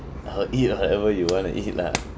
I'll eat whatever you want to eat lah